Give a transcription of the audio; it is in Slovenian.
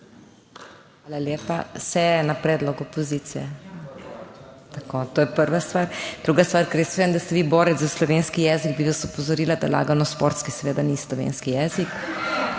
Hvala lepa. Vse na predlog opozicije. Tako, to je prva stvar. Druga stvar, ker jaz vem, da ste vi borec za slovenski jezik, bi vas opozorila, da lagano sporski seveda ni slovenski jezik.